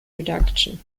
reduction